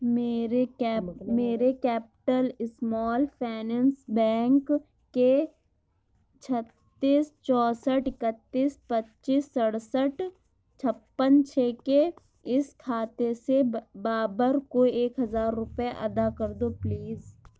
میرے کیپ میرے capital small finance bank کے چھتیس چونسٹھ اکتتیس پچیس سڑسٹھ چھپن چھ کے اس کھاتے سے بہ بابر کو ایک ہزار روپئے ادا کر دو پلیز